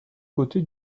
côté